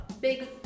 big